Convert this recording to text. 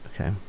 okay